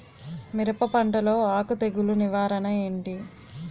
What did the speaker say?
మిరప పంటలో ఆకు తెగులు నివారణ ఏంటి?